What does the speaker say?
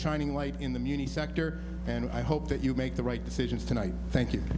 shining light in the muni sector and i hope that you make the right decisions tonight thank you